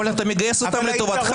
אבל אתה מגייס אותם לטובתך,